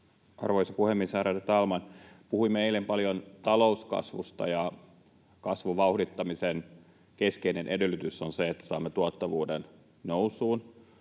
Arvoisa puhemies, ärade talman! Puhuimme eilen paljon talouskasvusta, ja kasvun vauhdittamisen keskeinen edellytys on se, että saamme tuottavuuden nousuun.